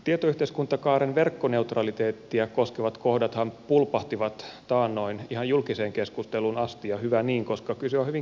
tietoyhteiskuntakaaren verkkoneutraliteettia koskevat kohdathan pulpahtivat taannoin ihan julkiseen keskusteluun asti ja hyvä niin koska kyse on hyvin keskeisestä asiasta